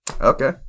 okay